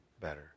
better